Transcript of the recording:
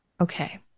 Okay